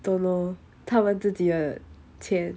don't know 他们自己的钱